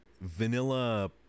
vanilla